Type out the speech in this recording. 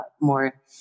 more